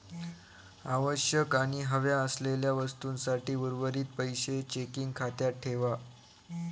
आवश्यक आणि हव्या असलेल्या वस्तूंसाठी उर्वरीत पैशे चेकिंग खात्यात ठेवा